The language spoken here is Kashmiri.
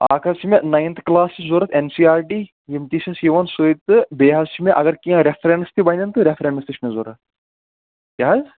اکھ حظ چھِ مےٚ نایِنتھٕ کٕلاسٕچ ضوٚرتھ این سی آرٹی یِم تہِ چھِس یِوان سُے تہٕ بیٚیہِ حظ چھِ مےٚ اگر کیٚنٛہہ ریفرَنس تہٕ بَنن تہٕ ریفرَنس تہِ چھ مےٚ ضوٚرتھ کیاہ حظ